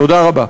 תודה רבה.